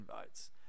votes